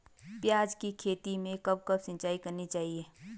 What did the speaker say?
प्याज़ की खेती में कब कब सिंचाई करनी चाहिये?